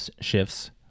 shifts